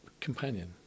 companion